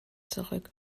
zurück